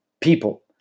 people